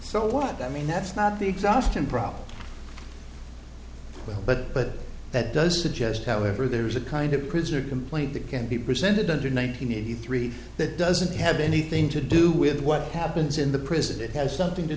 so what i mean that's not the exhaustion problem but but that does suggest however there is a kind of prisoner complaint that can be presented under one nine hundred eighty three that doesn't have anything to do with what happens in the prison it has something to